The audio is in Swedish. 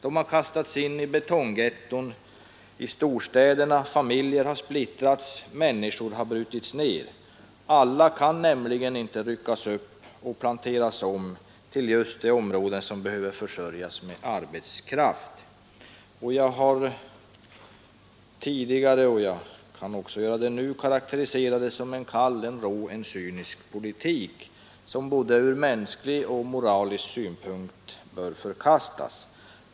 De har kastats in i betonggetton i storstäderna, familjer har splittrats, människor har brutits ned. Alla kan nämligen inte ryckas upp och planteras om till de områden som behöver försörjas med arbetskraft. Jag har tidigare — och jag vill göra det ännu en gång — karakteriserat detta som en kall, rå och cynisk politik som ur både mänsklig och moralisk synpunkt måste förkastas.